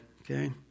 okay